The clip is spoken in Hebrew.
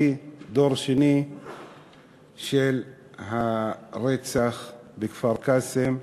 אני דור שני של הרצח בכפר-קאסם,